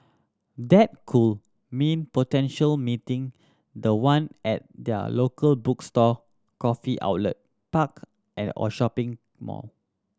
that could mean potential meeting the one at their local bookstore coffee outlet park and or shopping mall